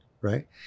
right